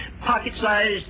pocket-sized